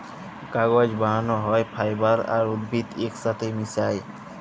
কাগজ বালাল হ্যয় ফাইবার আর উদ্ভিদ ইকসাথে মিশায়